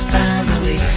family